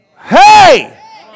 Hey